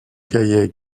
cahiers